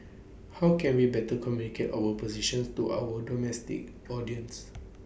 how can we better communicate our positions to our domestic audience